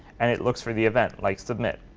and it looks for the event, like submit.